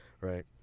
right